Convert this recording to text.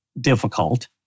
difficult